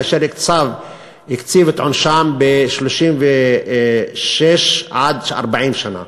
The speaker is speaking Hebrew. שקצב את עונשם ל-36 40 שנה.